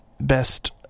Best